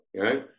Right